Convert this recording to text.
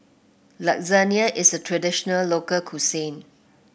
Lasagne is a traditional local cuisine